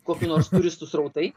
kokių nors turistų srautai